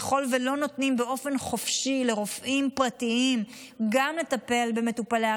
ככל שלא נותנים באופן חופשי לרופאים פרטיים גם לטפל במטופלי הקנביס,